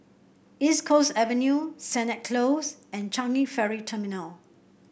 East Coast Avenue Sennett Close and Changi Ferry Terminal